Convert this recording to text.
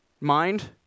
Mind